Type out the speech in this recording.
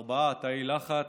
ארבעה תאי לחץ.